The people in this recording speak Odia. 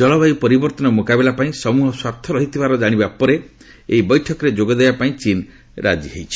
ଜଳବାୟୁ ପରିବର୍ତ୍ତନର ମୁକାବିଲା ପାଇଁ ସମ୍ବହ ସ୍ପାର୍ଥ ରହିଥିବାର ଜାଣିବା ପରେ ଏହି ବୈଠକରେ ଯୋଗଦେବା ପାଇଁ ଚୀନ ରାଜି ହୋଇଛି